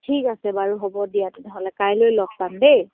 ঠিক আছে বাৰু হ'ব দিয়া তেতিয়হ'লে কাইলৈ লগ পাম দেই